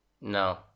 No